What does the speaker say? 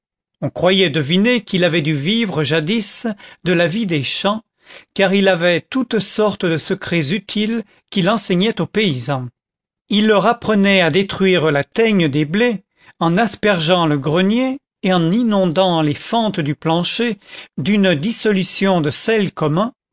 on croyait deviner qu'il avait dû vivre jadis de la vie des champs car il avait toutes sortes de secrets utiles qu'il enseignait aux paysans il leur apprenait à détruire la teigne des blés en aspergeant le grenier et en inondant les fentes du plancher d'une dissolution de sel commun